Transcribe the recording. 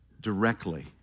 directly